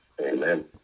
Amen